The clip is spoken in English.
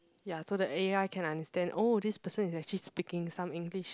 ya so that A_I can understand oh this person is actually speaking some English